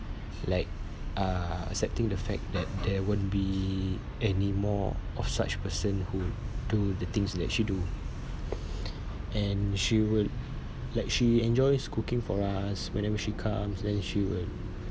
like uh accepting the fact that there won't be anymore of such person who do the things that she do and she would like she enjoys cooking for us whenever she comes and she will